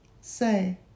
say